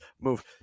move